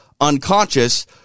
unconscious